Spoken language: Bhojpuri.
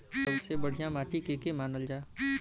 सबसे बढ़िया माटी के के मानल जा?